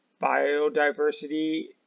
biodiversity